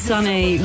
Sunny